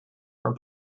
for